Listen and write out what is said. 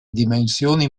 dimensioni